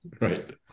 Right